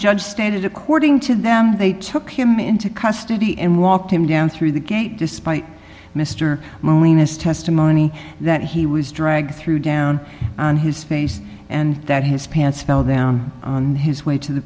judge stated according to them they took him into custody and walked him down through the gate despite mr molinos testimony that he was dragged through down on his face and that his pants fell down on his way to the